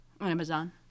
Amazon